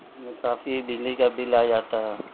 جس میں کافی بجلی کا بل آ جاتا ہے